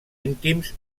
íntims